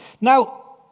Now